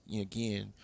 again